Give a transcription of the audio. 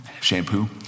shampoo